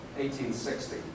1860